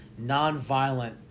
nonviolent